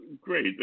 great